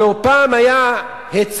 הלוא פעם היה היצע,